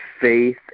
faith